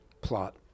plot